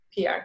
PR